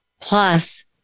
Plus